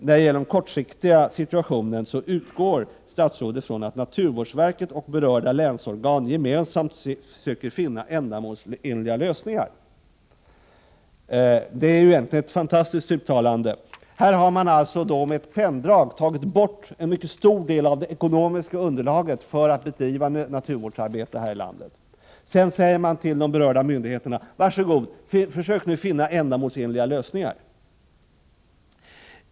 Beträffande den kortsiktiga situationen utgår jordbruksministern från att ”naturvårdsverket och berörda länsorgan gemensamt söker finna ändamålsenliga lösningar”. Det är egentligen ett fantastiskt uttalande. Här har man med ett penndrag tagit bort en mycket stor del av det ekonomiska underlaget för att bedriva naturvårdsarbete här i landet. Sedan säger man till de berörda myndigheterna: Var så goda, försök nu att finna ändamålsenliga lösningar!